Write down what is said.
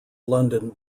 london